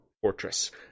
fortress